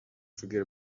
forget